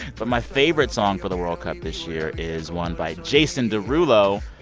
but my favorite song for the world cup this year is one by jason derulo.